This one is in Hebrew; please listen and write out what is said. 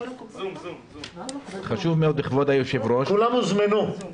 כבוד היו"ר,